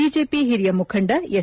BJP ಹಿರಿಯ ಮುಖಂಡ S